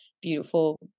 beautiful